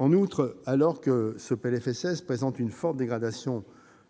En outre, alors que ce PLFSS présente une forte dégradation